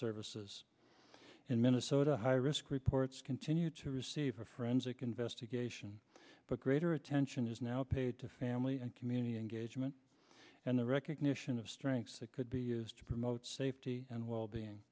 services in minnesota high risk reports continue to receive a forensic investigation but greater attention is now paid to family and community engagement and the recognition of strengths that could be used to promote safety and wellbeing